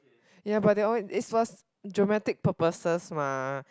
ya but that one is for dramatic purposes mah